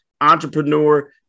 entrepreneur